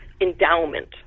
endowment